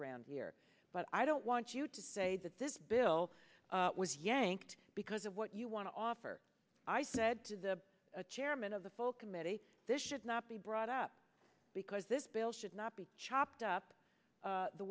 around here but i don't want you to say that this bill was yanked because of what you want to offer i said to the chairman of the full committee this should not be brought up because this bill should not be chopped up